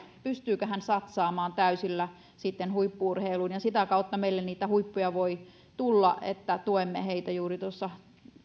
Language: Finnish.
pystyykö hän satsaamaan täysillä sitten huippu urheiluun sitä kautta meille niitä huippuja voi tulla että tuemme heitä juuri tuossa